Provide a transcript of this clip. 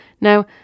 Now